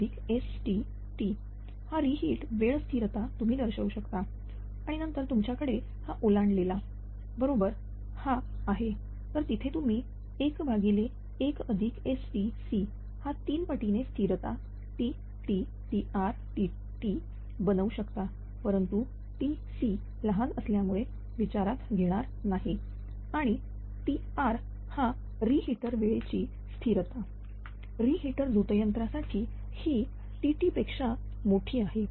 11STr हा reheat वेळ स्थिरता तुम्ही दर्शवू शकता आणि नंतर तुमच्याकडे हा ओलांडलेला बरोबर हा आहे तर तिथे तुम्ही 11STC हा 3 पटीने स्थिरता TtTrTcबनवू शकतापरंतु Tc लहान असल्यामुळे विचारात घेणार नाही आणि Tr हा रि हीटर वेळेची स्थिरता रि हीटर झोतयंत्रासाठी ही Tt पेक्षा मोठी आहे